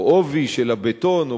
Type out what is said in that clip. או עובי של הבטון,